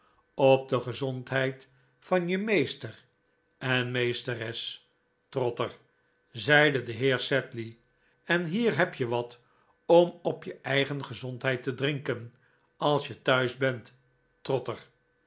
op de gezondheid van je meester en meesteres trotter zeide de heer sedley en hier heb je wat om op je eigen gezondheid te drinken als je thuis bent trotter